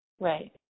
Right